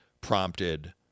prompted